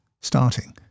starting